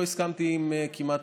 לא הסכמתי עם כמעט,